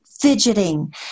fidgeting